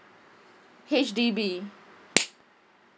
H_D_B